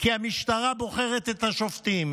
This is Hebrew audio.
כי המשטרה בוחרת את השופטים.